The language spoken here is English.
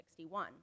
1961